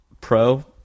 Pro